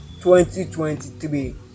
2023